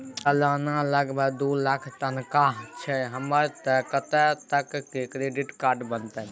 सलाना लगभग दू लाख तनख्वाह छै हमर त कत्ते तक के क्रेडिट कार्ड बनतै?